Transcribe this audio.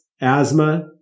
asthma